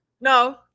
No